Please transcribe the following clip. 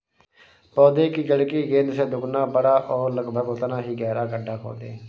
पौधे की जड़ की गेंद से दोगुना बड़ा और लगभग उतना ही गहरा गड्ढा खोदें